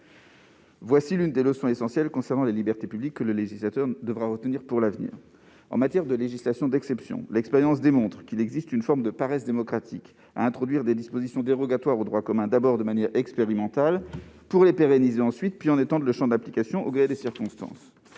C'est l'une des leçons essentielles concernant les libertés publiques que le législateur devra retenir. En matière de législation d'exception, l'expérience montre qu'il existe une forme de paresse démocratique à introduire des dispositions dérogatoires au droit commun d'abord de manière expérimentale, pour les pérenniser ensuite, puis à en étendre le champ d'application au gré des circonstances.